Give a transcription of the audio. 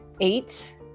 eight